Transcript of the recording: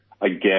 again